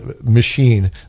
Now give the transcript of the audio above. machine